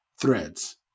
Threads